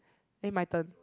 eh my turn